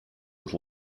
with